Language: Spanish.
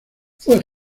fue